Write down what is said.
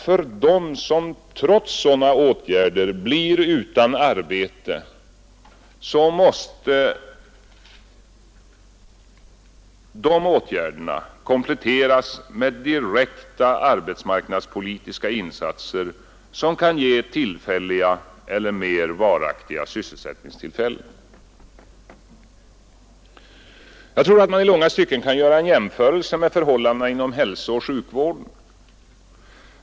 För dem som ändå blir utan arbete måste dessa åtgärder kompletteras med direkta arbetsmarknadspolitiska insatser som kan ge tillfällig eller mer varaktig sysselsättning. Jag tror att man i långa stycken kan göra en jämförelse med förhållandena inom hälsooch sjukvården.